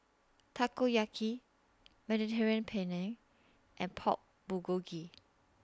Takoyaki Mediterranean Penne and Pork Bulgogi